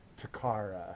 Takara